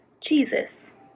Jesus